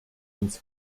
uns